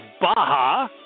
Baja